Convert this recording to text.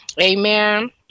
Amen